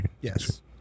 Yes